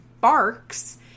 barks